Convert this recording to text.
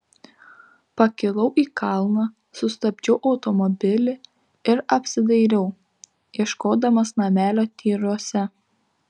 pakilau į kalną sustabdžiau automobilį ir apsidairiau ieškodamas namelio tyruose